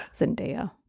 Zendaya